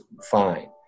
fine